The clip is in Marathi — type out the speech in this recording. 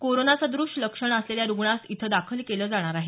कोरोना सद्रश्य लक्षणं असलेल्या रुग्णास इथं दाखल केलं जाणार आहे